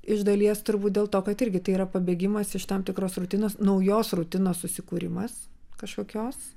iš dalies turbūt dėl to kad irgi tai yra pabėgimas iš tam tikros rutinos naujos rutinos susikūrimas kažkokios